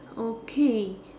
okay